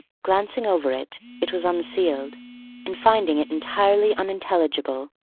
glancing over it it was unsealed and finding it entirely unintelligible,